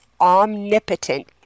omnipotent